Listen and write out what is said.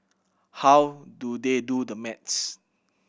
how do they do the maths